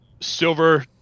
Silver